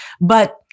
But-